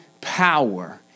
power